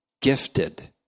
gifted